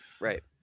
Right